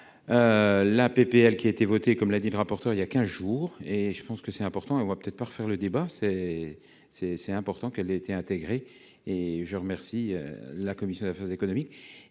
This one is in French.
la PPL qui a été voté, comme l'a dit le rapporteur il y a 15 jours, et je pense que c'est important et on va peut-être pas refaire le débat c'est c'est c'est important qu'elle a été intégrée et je remercie la commission d'affaires économiques